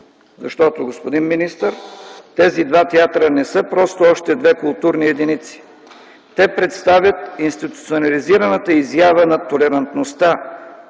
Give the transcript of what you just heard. Защото, господин министър, тези два театъра не са просто още две културни единици. Те представят институционализираната изява на толерантността,